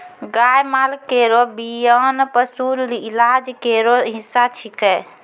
गाय माल केरो बियान पशु इलाज केरो हिस्सा छिकै